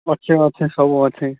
ଅଛେ ଅଛେ ସବୁ ଅଛେ